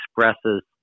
expresses